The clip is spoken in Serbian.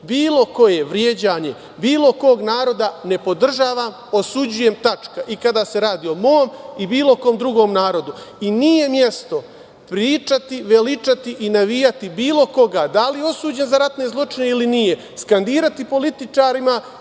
bilo koje vređanje bilo kog naroda ne podržavam, osuđujem, tačka, i kada se radi o mom i bilo kom drugom narodu i nije mesto pričati, veličati i navijati bilo koga, da li je osuđen za ratne zločine ili nije, skandirati političarima